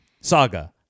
saga